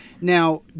Now